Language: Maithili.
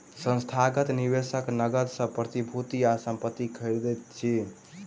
संस्थागत निवेशक नकद सॅ प्रतिभूति आ संपत्ति खरीदैत अछि